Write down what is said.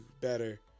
better